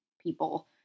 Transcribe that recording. people